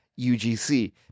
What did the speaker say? UGC